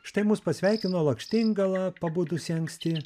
štai mus pasveikino lakštingala pabudusi anksti